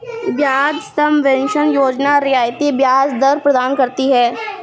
ब्याज सबवेंशन योजना रियायती ब्याज दर प्रदान करती है